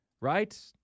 right